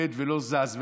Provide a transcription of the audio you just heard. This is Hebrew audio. עומד ולא זז.